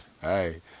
Hey